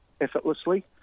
effortlessly